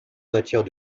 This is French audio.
matière